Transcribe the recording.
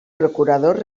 procuradors